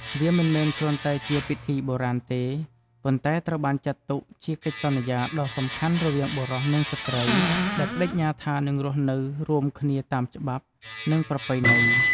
វាមិនមែនគ្រាន់តែជាពិធីបុរាណទេ ប៉ុន្តែត្រូវបានចាត់ទុកជាកិច្ចសន្យាដ៏សំខាន់រវាងបុរសនិងស្ត្រី ដែលប្តេជ្ញាថានឹងរស់នៅរួមគ្នាតាមច្បាប់ និង ប្រពៃណី។